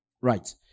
Right